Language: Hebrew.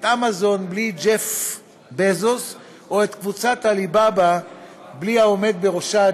את אמזון בלי ג'ף בזוס או את קבוצת עליבאבא בלי העומד בראשה,